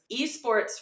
Esports